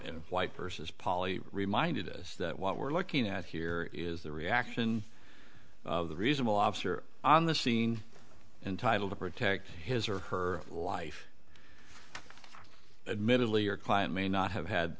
white versus poly reminded us that what we're looking at here is the reaction of the reasonable lobster on the scene entitled to protect his or her life admittedly your client may not have had